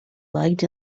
legged